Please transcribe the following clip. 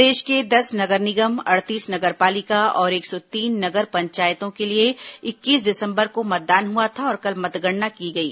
प्रदेश के दस नगर निगम अड़तीस नगर पालिका और एक सौ तीन नगर पंचायतों के लिए इक्कीस दिसंबर को मतदान हुआ था और कल मतगणना की गई